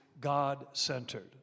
God-centered